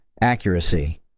Accuracy